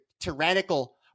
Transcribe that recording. tyrannical